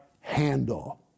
handle